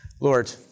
Lord